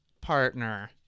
partner